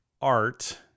art